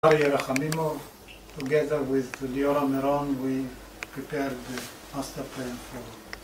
רחמימוב, ביחד עם ליאורה מירון, הכנו את המאסטר פלאן עבור.